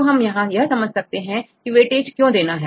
तो हमें यहां यह समझ आता है की वेटेज क्यों देना है